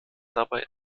dabei